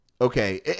okay